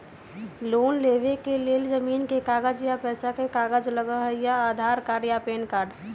Loan लेवेके लेल जमीन के कागज या पेशा के कागज लगहई या आधार कार्ड या पेन कार्ड?